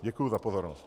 Děkuji za pozornost.